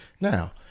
Now